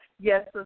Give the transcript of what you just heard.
yes